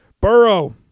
Burrow